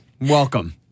Welcome